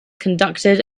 conducted